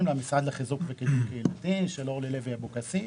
למשרד לחיזוק קהילתי של אורלי לוי אבקסיס.